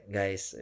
guys